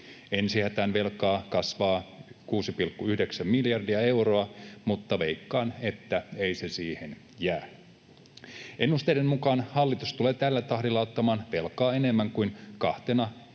Ensi hätään velka kasvaa 6,9 miljardia euroa, mutta veikkaan, että ei se siihen jää. Ennusteiden mukaan hallitus tulee tällä tahdilla ottamaan velkaa enemmän kuin kahtena